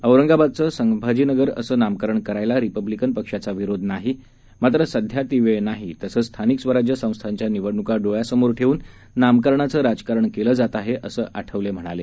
औरंगाबादचे संभाजीनगर असं नामकरण करायला रिपब्लिकन पक्षाचा विरोध नाही मात्र सध्या ती वेळ नाही तसंच स्थानिक स्वराज्य संस्थांच्या निवडणुका डोळ्यासमोर ठेवून नामकरणाचं राजकारण केलं जात आहे असं आठवले म्हणाले